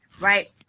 Right